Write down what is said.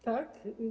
Tak.